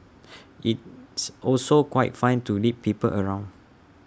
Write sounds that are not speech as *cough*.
*noise* it's also quite fun to lead people around